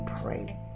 pray